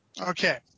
Okay